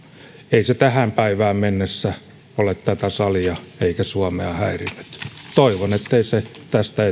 ei se tähän päivään mennessä ole tätä salia eikä suomea häirinnyt toivon ettei se tästä